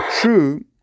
true